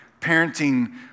parenting